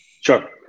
Sure